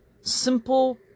Simple